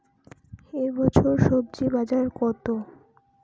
এ বছর স্বজি বাজার কত?